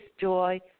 joy